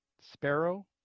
Sparrow